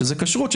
שזה כשרות,